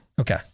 okay